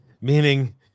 meaning